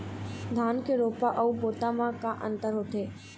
धन के रोपा अऊ बोता म का अंतर होथे?